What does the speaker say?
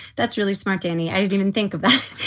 that's really smart, danny. i didn't even think of that.